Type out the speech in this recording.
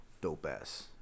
dope-ass